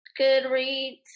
Goodreads